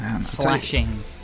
Slashing